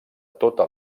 tota